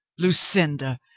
lucinda!